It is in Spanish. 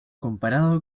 comparado